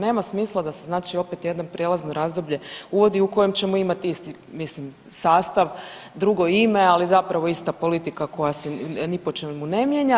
Nema smisla da znači se opet jedno prijelazno razdoblje uvodi u kojem ćemo imati isti mislim sastav, drugo ime, ali zapravo ista politika koja se ni po čemu ne mijenja.